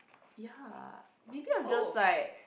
ya maybe I'm just like